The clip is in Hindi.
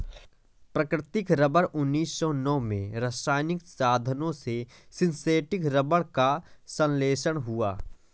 प्राकृतिक रबर उन्नीस सौ नौ में रासायनिक साधनों से सिंथेटिक रबर का संश्लेषण हुआ